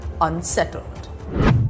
unsettled